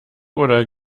oder